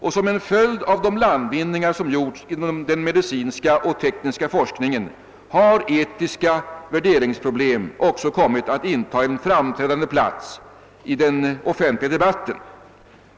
Såsom en följd av de landvinningar som gjorts inom den medicinska och tekniska forskningen, har etiska värderingsproblem också kommit att inta en framträdande plats i den offentliga debatten.